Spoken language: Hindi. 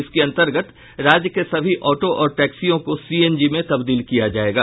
इसके अंतर्गत राज्य के सभी ऑटो और टैक्सियों को सीएनजी में तबदील किया जायेगा